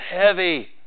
heavy